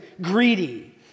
greedy